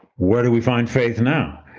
where do we find faith now?